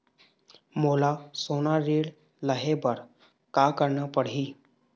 मोला सोना ऋण लहे बर का करना पड़ही?